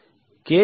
56 K 0